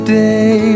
day